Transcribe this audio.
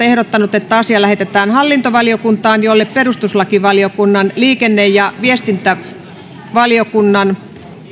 ehdottanut että asia lähetetään hallintovaliokuntaan jolle perustuslakivaliokunnan liikenne ja viestintävaliokunnan